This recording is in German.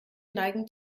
neigen